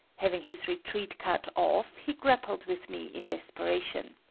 having his retreat cut off he grappled with me in desperation.